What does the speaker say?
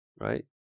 Right